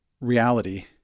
reality